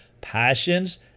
Passions